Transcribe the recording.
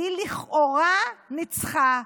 והיא לכאורה ניצחה,